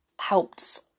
helps